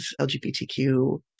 LGBTQ